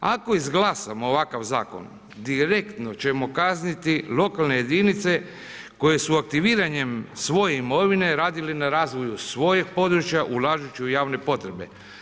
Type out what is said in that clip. Ako izglasamo ovakav zakon, direktno ćemo kazniti lokalne jedinice koje su aktiviranjem svoje imovine radile na razvoje svojih područja ulažući u javne potrebe.